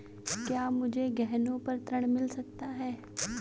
क्या मुझे गहनों पर ऋण मिल सकता है?